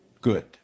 Good